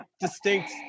distinct